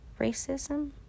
racism